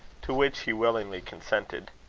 to which he willingly consented.